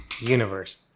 universe